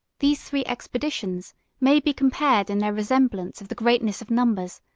these three expeditions may be compared in their resemblance of the greatness of numbers,